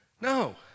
No